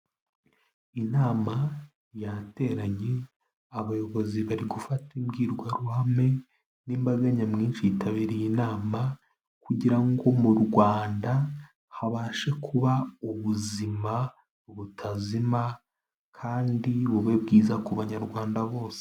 Inama yateranye abayobozi bari gufata imbwirwaruhame n'imbaga nyamwinshi yitabiriye nama, kugira ngo mu Rwanda habashe kuba ubuzima butazima, kandi bube bwiza ku banyarwanda bose.